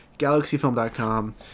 galaxyfilm.com